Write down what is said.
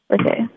Okay